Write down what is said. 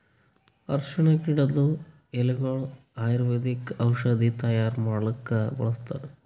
ಅರ್ಷಿಣ್ ಗಿಡದ್ ಎಲಿಗೊಳು ಆಯುರ್ವೇದಿಕ್ ಔಷಧಿ ತೈಯಾರ್ ಮಾಡಕ್ಕ್ ಬಳಸ್ತಾರ್